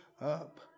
up